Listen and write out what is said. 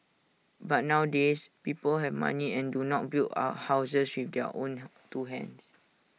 but nowadays people have money and do not build A houses with their own two hands